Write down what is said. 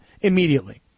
immediately